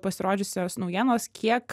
pasirodžiusios naujienos kiek